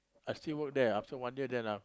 I still work there after one year then I